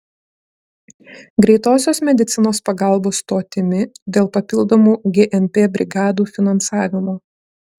greitosios medicinos pagalbos stotimi dėl papildomų gmp brigadų finansavimo